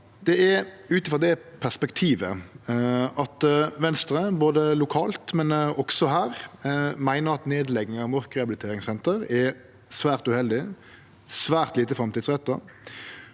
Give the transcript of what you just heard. Det er ut frå det perspektivet at Venstre, både lokalt og her, meiner at nedlegginga av Mork rehabiliteringssenter er svært uheldig og svært lite framtidsretta.